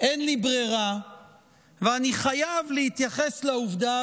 אין לי ברירה ואני חייב להתייחס לעובדה